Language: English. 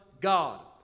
God